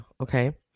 okay